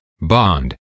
bond